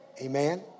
Amen